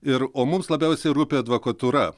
ir o mums labiausiai rūpi advokatūra